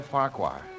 Farquhar